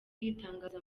itangaza